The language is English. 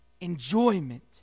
enjoyment